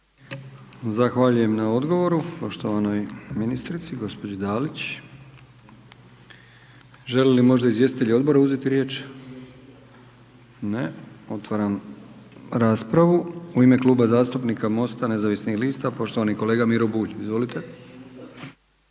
Zahvaljujem na odgovoru poštovanoj ministrici gospođi Dalić. Želi li možda izvjestitelj odbora uzeti riječ? Ne, otvaram raspravu. U ime Kluba zastupnika MOST-a nezavisnih lista, poštovani kolega Miro Bulj, izvolite.